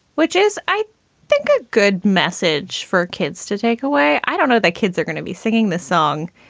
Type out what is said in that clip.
which is i think, a good message for kids to take away. i don't know that kids are going to be singing the song,